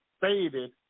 faded